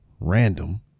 RANDOM